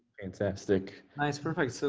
fantastic. nice, perfect. so